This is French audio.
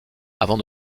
avant